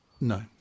No